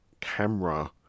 camera